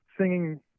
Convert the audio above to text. singing